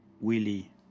willie